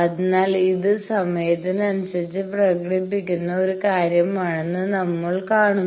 അതിനാൽ ഇത് സമയത്തിന് അനുസരിച്ചു പ്രകടിപ്പിക്കുന്ന ഒരു കാര്യമാണെന്ന് നമ്മൾ കാണുന്നു